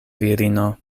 virino